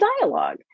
dialogue